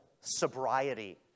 sobriety